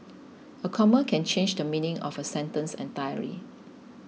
a comma can change the meaning of a sentence entirely